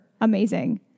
amazing